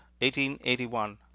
1881